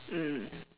mm